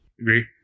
agree